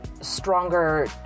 stronger